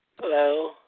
Hello